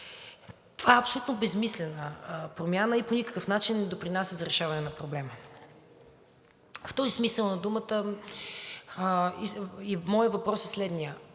Това е абсолютно безсмислена промяна и по никакъв начин не допринася за решаване на проблема. В този смисъл на думата моят въпрос е следният: